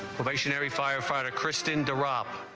firefighter kristen to rob